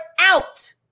out